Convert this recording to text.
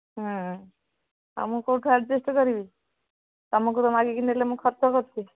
ଆଉ ମୁଁ କେଉଁଠୁ ଆଡ଼ଜଷ୍ଟ କରିବି ତୁମକୁ ତ ମାଗିକି ନେଲେ ମୁଁ ଖର୍ଚ କରୁଛି